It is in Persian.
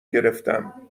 گرفتم